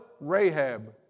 Rahab